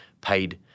paid